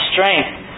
strength